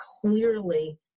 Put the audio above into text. Clearly